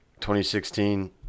2016